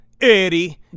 Eddie